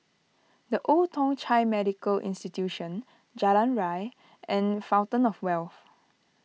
the Old Thong Chai Medical Institution Jalan Ria and Fountain of Wealth